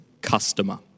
customer